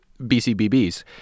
BCBBs